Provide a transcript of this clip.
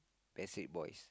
Backstreet Boys